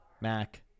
mac